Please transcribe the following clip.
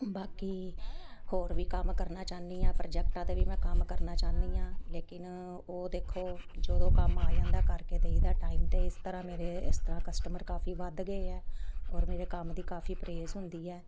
ਬਾਕੀ ਹੋਰ ਵੀ ਕੰਮ ਕਰਨਾ ਚਾਹੁੰਦੀ ਹਾਂ ਪ੍ਰੋਜੈਕਟਾਂ 'ਤੇ ਵੀ ਮੈਂ ਕੰਮ ਕਰਨਾ ਚਾਹੁੰਦੀ ਹਾਂ ਲੇਕਿਨ ਉਹ ਦੇਖੋ ਜਦੋਂ ਕੰਮ ਆ ਜਾਂਦਾ ਕਰਕੇ ਦੇਈਦਾ ਟਾਈਮ 'ਤੇ ਇਸ ਤਰ੍ਹਾਂ ਮੇਰੇ ਇਸ ਤਰ੍ਹਾਂ ਕਸਟਮਰ ਕਾਫ਼ੀ ਵੱਧ ਗਏ ਹੈ ਔਰ ਮੇਰੇ ਕੰਮ ਦੀ ਕਾਫ਼ੀ ਪ੍ਰੇਜ਼ ਹੁੰਦੀ ਹੈ